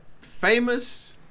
Famous